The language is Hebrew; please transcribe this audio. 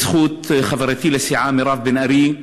בזכות חברתי לסיעה מירב בן ארי,